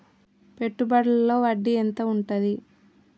పెట్టుబడుల లో వడ్డీ ఎంత ఉంటది?